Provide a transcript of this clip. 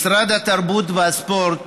משרד התרבות והספורט